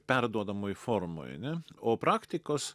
perduodamoj formoj ar ne o praktikos